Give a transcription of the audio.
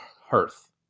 Hearth